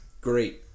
great